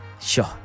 Sure